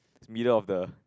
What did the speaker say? middle of the